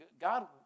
God